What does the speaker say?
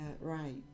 right